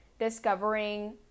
discovering